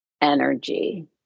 energy